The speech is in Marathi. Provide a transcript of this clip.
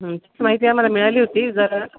हं ती माहिती आम्हाला मिळाली होती जरा